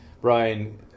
brian